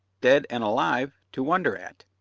dead and alive, to wonder at.